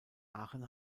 aachen